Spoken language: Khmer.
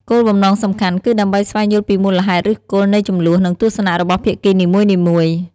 គោលបំណងសំខាន់គឺដើម្បីស្វែងយល់ពីមូលហេតុឫសគល់នៃជម្លោះ និងទស្សនៈរបស់ភាគីនីមួយៗ។